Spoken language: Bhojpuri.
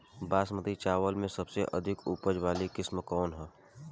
बासमती चावल में सबसे अधिक उपज वाली किस्म कौन है?